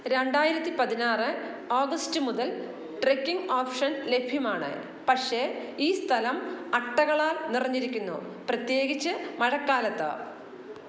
രണ്ടായിരത്തി പതിനാറ് ആഗസ്റ്റ് മുതൽ ട്രെക്കിംഗ് ഓപ്ഷൻ ലഭ്യമാണ് പക്ഷെ ഈ സ്ഥലം അട്ടകളാൽ നിറഞ്ഞിരിക്കുന്നു പ്രത്യേകിച്ച് മഴക്കാലത്ത്